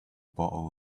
bottle